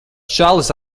čalis